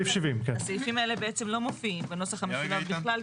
הסעיפים האלה בעצם לא מופיעים בנוסח המשולב בכלל,